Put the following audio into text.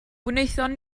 wnaethon